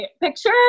picture